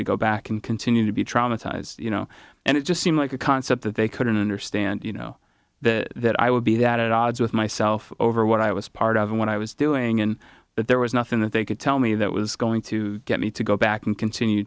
to go back and continue to be traumatized you know and it just seemed like a concept that they couldn't understand you know that i would be that at odds with myself over what i was part of what i was doing and that there was nothing that they could tell me that was going to get me to go back and continue